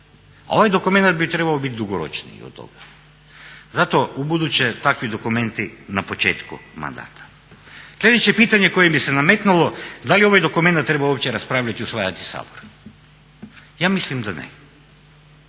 Ovaj dokumenat bi trebao biti dugoročniji od toga. Zato ubuduće takvi dokumenti na početku mandata. Sljedeće pitanje koje mi se nametnulo da li ovaj dokumenat treba uopće raspravljati i usvajati Sabor? Ja mislim da ne.